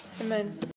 Amen